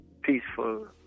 peaceful